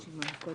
הפרטיים.